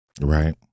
right